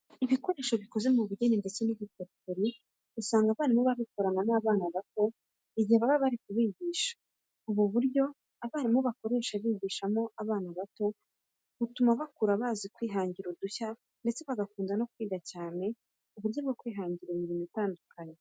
Ibikoresho bikoze mu bugeni ndetse n'ubukorikori usanga abarimu babikorana n'abana bato igihe baba bari kubigisha. Ubu buryo abarimu bakoresha bigishamo abana bato, butuma bakura bazi kwihangira udushya ndetse bagakunda no kwiga cyane uburyo bwo kwihangira imirimo itandukanye.